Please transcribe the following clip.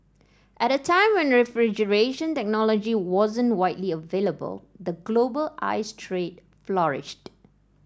at a time when refrigeration technology wasn't widely available the global ice trade flourished